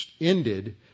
ended